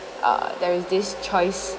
uh there is this choice